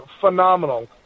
phenomenal